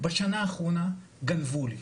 בשנה האחרונה גנבו לי,